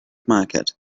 market